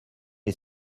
est